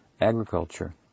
agriculture